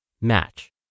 Match